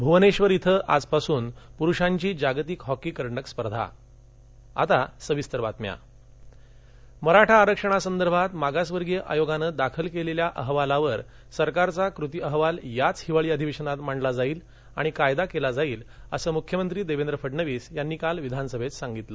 भ्वनेश्वर इथं आजपासून पुरुषांची जागतिक हॉकी करंडक स्पर्धा विधीमंडळ कामकाज मराठा आरक्षणासंदर्भात मागासवर्गीय आयोगानं दाखल केलेल्या अहवालावर सरकारचा कृती अहवाल याच हिवाळी अधिवेशनात मांडला जाईल आणि कायदा केला जाईल असं मुख्यमंत्री देवेंद्र फडणवीस यांनी काल विधानसभेत सांगितलं